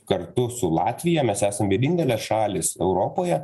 kartu su latvija mes esam vienintelės šalys europoje